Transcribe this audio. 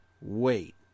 wait